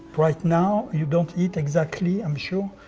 right now, you don't eat exactly, i'm sure,